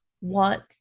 want